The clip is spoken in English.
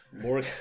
More